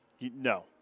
No